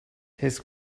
his